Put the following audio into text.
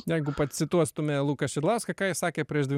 jeigu pacituotume luką šidlauską ką jis sakė prieš dvi